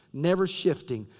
never shifting.